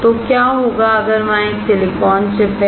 तो क्या होगा अगर वहाँ एक सिलिकॉन चिप है